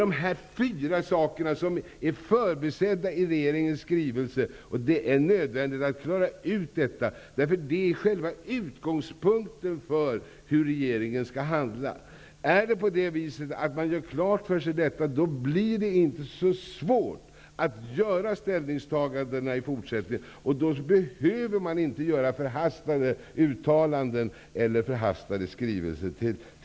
Dessa fyra villkor har blivit förbisedda i regeringens skrivelse, och det är nödvändigt att klara ut detta. Det här är utgångspunkten för hur regeringen skall handla. Om man gör detta klart för sig blir det inte så svårt att göra ställningstaganden i fortsättningen, och man behöver då inte komma med förhastade uttalanden eller skrivelser till riksdagen.